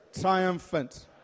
triumphant